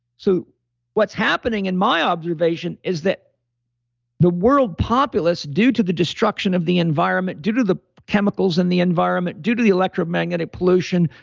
so what's happening in my observation is that the world populace due to the destruction of the environment, due to the chemicals in the environment, due to the electromagnetic pollution,